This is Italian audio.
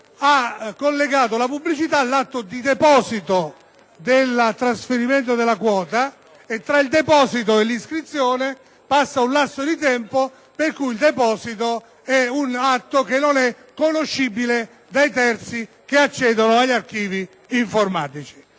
ha collegato la pubblicita all’atto di deposito del trasferimento della quota; tra il momento del deposito e l’iscrizione, pero, passa un lasso di tempo e il deposito, quindi, e un atto non conoscibile dai terzi che accedono agli archivi informatici.